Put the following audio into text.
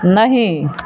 नहि